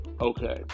okay